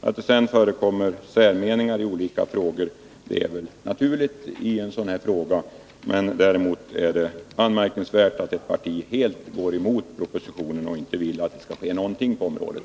Att det finns skiljaktiga meningar på några punkter är väl naturligt, men det är anmärkningsvärt att ett parti helt går emot propositionen och inte vill att någonting nu skall ske på området.